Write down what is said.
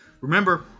Remember